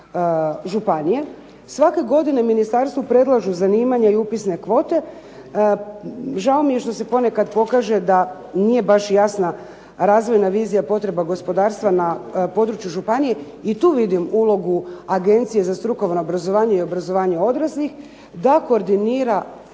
Svake godine ministarstvu predlažu zanimanje i upisne kvote. Žao mi je što se ponekada pokaže da nije baš jasna razvojna vizija potreba gospodarstva na području županije i tu vidim ulogu Agencije za strukovno obrazovanje i obrazovanje odraslih da koordinira